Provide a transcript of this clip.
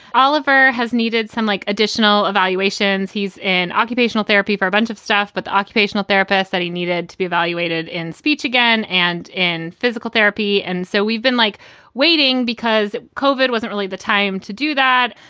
oliver has needed some like additional evaluations. he's in occupational therapy for a bunch of stuff. but the occupational therapist that he needed to be evaluated in speech again and in physical therapy. and so we've been like waiting because covid wasn't really the time to do that.